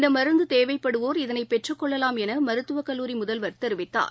இந்தமருந்துதேவைப்படுவோர் இதனைபெற்றுக் கொள்ளலாம் என்மருத்துவக் கல்லூரி முதல்வர் தெரிவித்தார்